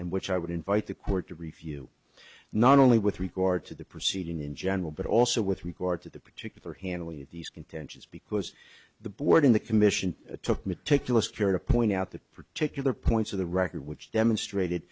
and which i would invite the court to review not only with regard to the proceeding in general but also with regard to the particular handling of these contentions because the board in the commission took meticulous care to point out the particular points of the record which demonstrated